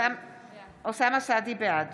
בעד